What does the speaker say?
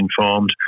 informed